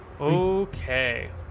Okay